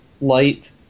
light